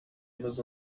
was